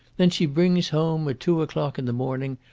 then she brings home, at two o'clock in the morning,